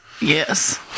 Yes